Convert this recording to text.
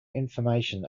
information